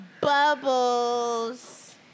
Bubbles